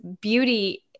beauty